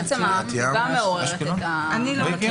עצם הכתיבה מעוררת את העניין.